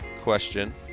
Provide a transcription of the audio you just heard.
question